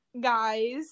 guys